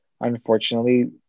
unfortunately